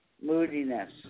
moodiness